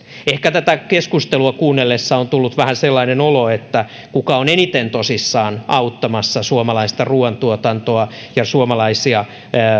ehkä tätä keskustelua kuunnellessa on tullut vähän sellainen olo että kuka on eniten tosissaan auttamassa suomalaista ruuantuotantoa ja suomalaisia